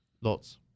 lots